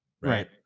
right